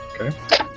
Okay